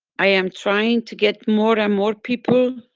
i am trying to get more and more people,